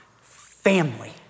family